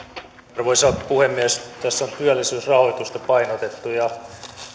arvoisa puhemies tässä on työllisyysrahoitusta painotettu ja